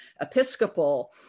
Episcopal